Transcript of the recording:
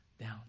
down